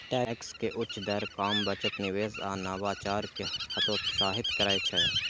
tax के उच्च दर काम, बचत, निवेश आ नवाचार कें हतोत्साहित करै छै